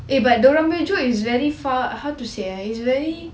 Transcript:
eh but diorang punya joke is very far how to say eh it's very